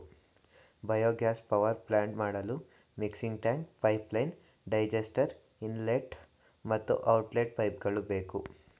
biogas power plant ಮಾಡಲು mixing tank, pipeline, digester, inlet ಮತ್ತು outlet ಪೈಪ್ಗಳು ಬೇಕು